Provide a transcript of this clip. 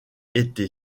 été